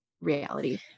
reality